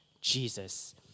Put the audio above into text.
Jesus